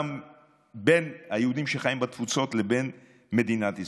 בין היהודים שחיים בתפוצות, לבין מדינת ישראל.